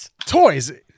Toys